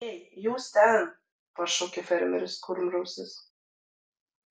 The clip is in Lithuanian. ei jūs ten pašaukė fermeris kurmrausis